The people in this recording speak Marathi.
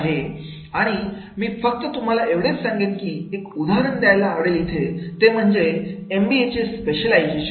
आहे आणि मी फक्त तुम्हाला एवढेच सांगेन की एक उदाहरण द्यायला आवडेल ते म्हणजे एम बी ए चे स्पेशलायझेशनचे